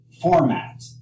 format